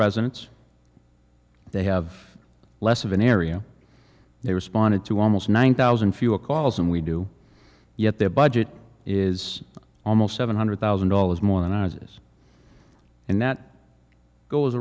residents they have less of an area they responded to almost one thousand fewer calls and we do yet their budget is almost seven hundred thousand dollars more than i was and that goes